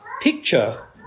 picture